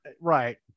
right